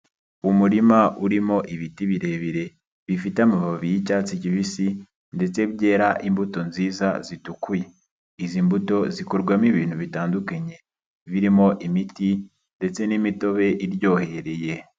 Umurima urimo ibiti birebire bifite amababi y'icyatsi kibisi ndetse byera imbuto nziza zitukuye, izi mbuto zikorwamo ibintu bitandukanye, birimo imiti ndetse n'imitobe iryohereye.